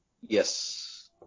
Yes